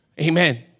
Amen